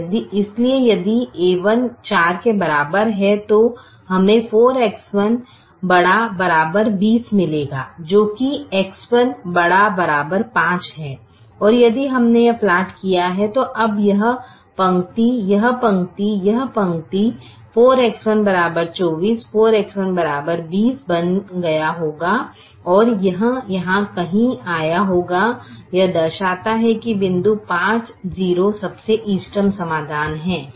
इसलिए यदि a1 4 के बराबर है तो हमें 4X1 ≥ 20 मिलेगा जो कि X1 ≥ 5 है और यदि हमने यह प्लॉट किया है तो अब यह पंक्ति यह पंक्ति यह पंक्ति 4X1 24 4X1 20 बन गया होगा और यह यहाँ कहीं आया होगा यह दर्शाता है कि बिंदु 50 सबसे इष्टतम समाधान है